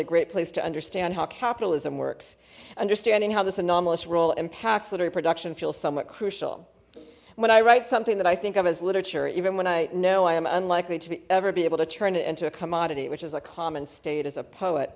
a great place to understand how capitalism works understanding how this anomalous role impacts literary production feels somewhat crucial when i write something that i think of as literature even when i know i am unlikely to be ever be able to turn it into a commodity which is a common state as a poet